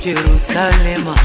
Jerusalem